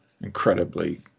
incredibly